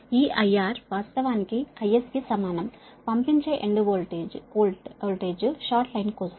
ఈ IR వాస్తవానికి IS కి సమానంపంపించే ఎండ్ వోల్ట్ షార్ట్ లైన్ కోసం